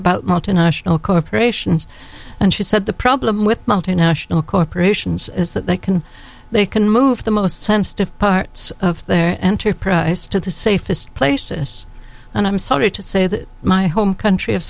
about multinational corporations and she said the problem with multinational corporations is that they can they can move the most sensitive parts of their enterprise to the safest places and i'm sorry to say that my home country of